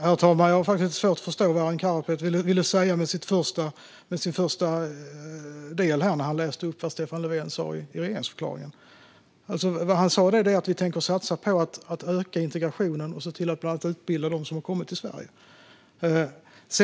Herr talman! Jag har svårt att förstå vad Arin Karapet ville säga med den första delen, där han läste upp vad Stefan Löfven sa i regeringsförklaringen. Det han sa var att vi tänker satsa på att öka integrationen och se till att bland annat utbilda dem som har kommit till Sverige.